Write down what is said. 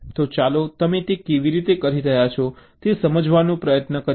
તો ચાલો તમે તે કેવી રીતે કરી રહ્યા છો તે સમજવાનો પ્રયત્ન કરીએ